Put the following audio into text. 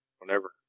Whenever